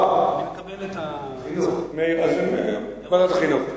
אני מקבל את ההצעה להעביר לוועדת החינוך.